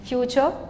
Future